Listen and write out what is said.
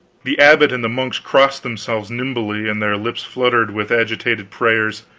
the abbot and the monks crossed themselves nimbly and their lips fluttered with agitated prayers.